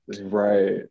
Right